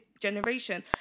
generation